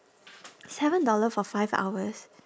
seven dollar for five hours